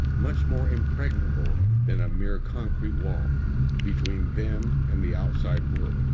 much more impregnable than a mere concrete wall between them and the outside world